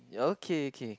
okay okay